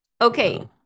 okay